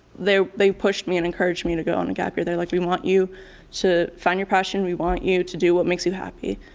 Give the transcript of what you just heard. they they pushed me and encouraged me to go on a gap year. they were like, we want you to find your passion. we want you to do what makes you happy,